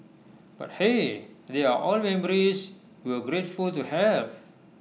but hey they are all memories we're grateful to have